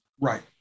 Right